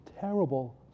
terrible